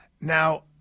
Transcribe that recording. Now